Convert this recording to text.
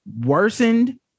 worsened